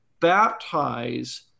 baptize